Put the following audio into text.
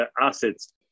assets